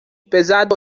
pesado